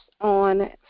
on